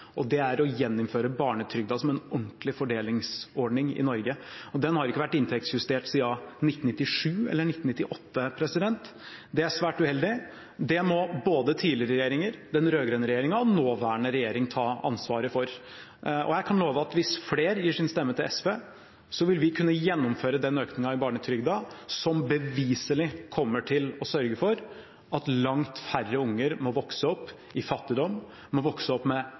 barnefattigdommen. Det er å gjeninnføre barnetrygda som en ordentlig fordelingsordning i Norge. Den har ikke vært inntektsjustert siden 1997 eller 1998. Det er svært uheldig. Det må både tidligere regjeringer, den rød-grønne regjeringa og den nåværende regjering ta ansvaret for. Jeg kan love at hvis flere gir sin stemme til SV, vil vi kunne gjennomføre denne økningen i barnetrygda som beviselig kommer til å sørge for at langt færre unger må vokse opp i fattigdom, må vokse opp med